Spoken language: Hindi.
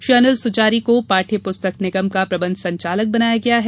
श्री अनिल सुचारी को पाठ्य पुस्तक निगम का प्रबंध संचालक बनाया गया है